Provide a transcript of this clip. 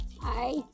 Hi